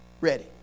ready